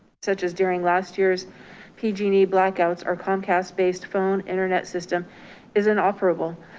such as during last year's pg nee blackouts or comcast based phone internet system is an operable.